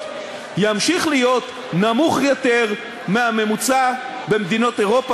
ימשיך להיות נמוך יותר מהממוצע במדינות אירופה,